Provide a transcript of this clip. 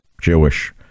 Jewish